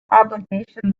obligation